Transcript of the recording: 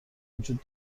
وجود